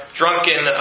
drunken